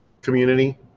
community